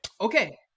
Okay